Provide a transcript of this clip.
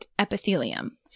epithelium